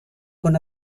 con